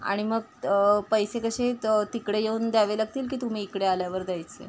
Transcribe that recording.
आणि मग पैसे कसे त तिकडे येऊन द्यावे लागतील की तुम्ही इकडे आल्यावर द्यायचे